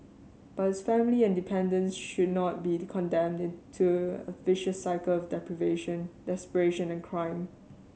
but his family and dependants should not be condemned to a vicious cycle of deprivation desperation and crime